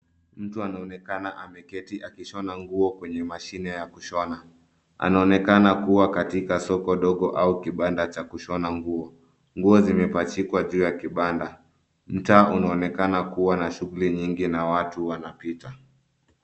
Mtu anaonekana ameketi akishona nguo kwenye mashine ya kushona. Anaonekana kuwa katika soko dogo au kibanda cha kushona nguo. Nguo zimepachikwa juu ya kibanda. Mtaa unaonekana kuwa na shughuli nyingi na watu wanapita.